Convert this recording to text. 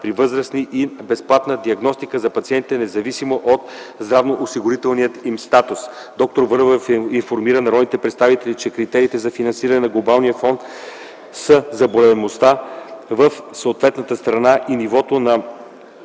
при възрастните, и безплатна диагностика за пациентите независимо от здравноосигурителния им статус. Доктор Върлева информира народните представители, че критериите за финансиране от Глобалния фонд са заболеваемостта в съответната страна и нивото на